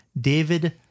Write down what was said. David